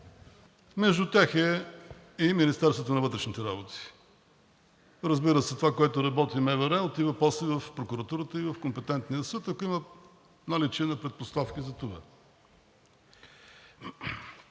Между тях е и Министерството на вътрешните работи. Разбира се, това, което работи МВР, отива после в прокуратурата и в компетентния съд, ако има наличие на предпоставки за това.